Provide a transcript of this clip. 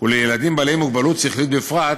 ולילדים בעלי מוגבלות שכלית בפרט